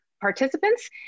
Participants